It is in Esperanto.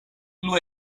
plu